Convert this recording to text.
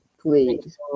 Please